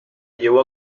llevó